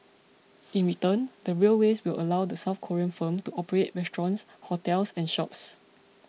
in return the railways will allow the South Korean firm to operate restaurants hotels and shops